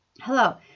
Hello